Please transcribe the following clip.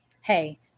hey